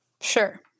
Sure